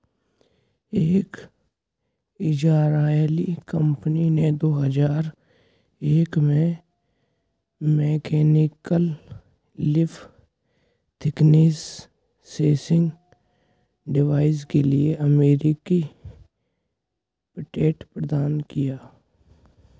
एक Israeli company ने दो हजार एक में mechanical leaf thickness sensing device के लिए अमेरिकी पेटेंट प्रदान किया